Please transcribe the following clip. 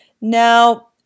Now